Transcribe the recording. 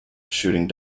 shooting